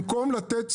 במקום לתת סבסוד,